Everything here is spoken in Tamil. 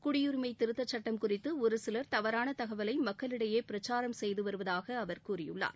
குடியரிமை திருத்தச் சுட்டம் குறித்து ஒரு சிலர் தவறான தகவலை மக்களிடையே பிரக்சாரம் செய்து வருவதாக அவர் கூறியுள்ளார்